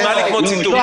זה נשמע לי כמו ציטוט.